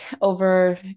over